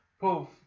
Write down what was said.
poof